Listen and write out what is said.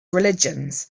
religions